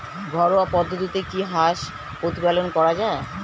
ঘরোয়া পদ্ধতিতে কি হাঁস প্রতিপালন করা যায়?